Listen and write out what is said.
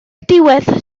diwedd